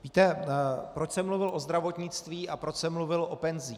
Víte, proč jsem mluvil o zdravotnictví a proč jsem mluvil o penzích?